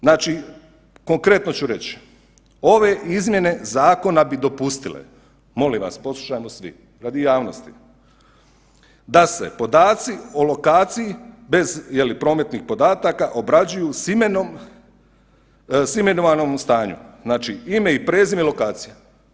Znači konkretno ću reći, ove izmjene zakona bi dopustile, molim vas poslušajmo svi radi javnosti, da se podaci o lokaciji bez prometnih podataka obrađuju s imenovanom u stanju, znači ime i prezime i lokacija.